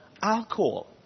alcohol